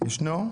האם הוא ישנו?